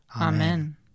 Amen